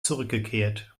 zurückgekehrt